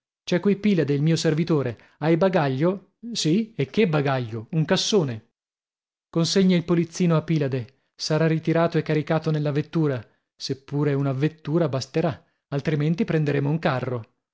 qualcheduno c'è qui pilade il mio servitore hai bagaglio sì e che bagaglio un cassone consegna il polizzino a pilade sarà ritirato e caricato nella vettura se pure una vettura basterà altrimenti prenderemo un carro